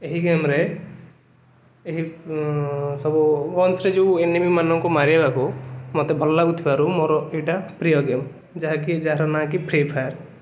ଏହି ଗେମ ରେ ଏହି ସବୁ ଗନ୍ସରେ ଯେଉଁ ଏନିମି ମାନଙ୍କୁ ମାରିବାକୁ ମୋତେ ଭଲ ଲାଗୁଥିବାରୁ ମୋର ଏଇଟା ପ୍ରିୟ ଗେମ ଯାହାକି ଯାହାର ନା କି ଫ୍ରୀଫାୟାର